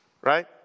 Right